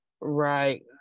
Right